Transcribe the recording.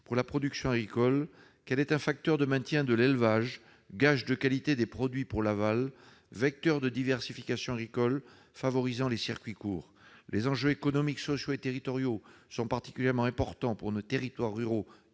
pour la production agricole, qu'elle est un facteur de maintien de l'élevage, gage de qualité des produits pour l'aval, vecteur de diversification agricole, favorisant les circuits courts. Les enjeux économiques, sociaux et territoriaux sont particulièrement importants pour nos territoires ruraux.